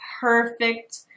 perfect